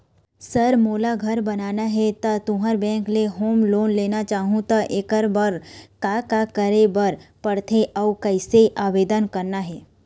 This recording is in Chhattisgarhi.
सर मोला घर बनाना हे ता तुंहर बैंक ले होम लोन लेना चाहूँ ता एकर बर का का करे बर पड़थे अउ कइसे आवेदन करना हे?